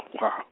Wow